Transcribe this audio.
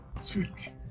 Sweet